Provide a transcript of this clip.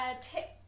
tip